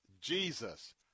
Jesus